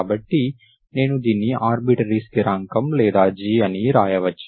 కాబట్టి మీరు దీన్ని ఆర్బిటరీ స్థిరాంకం లేదా g అని వ్రాయవచ్చు